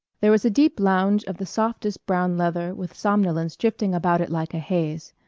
there was a deep lounge of the softest brown leather with somnolence drifting about it like a haze.